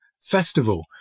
festival